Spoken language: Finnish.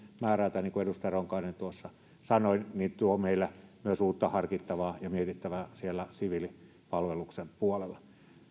määrää tai niin kuin edustaja ronkainen tuossa sanoi tuo meille myös uutta harkittavaa ja mietittävää siellä siviilipalveluksen puolella